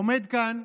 עומד כאן,